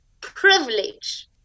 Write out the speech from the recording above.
privilege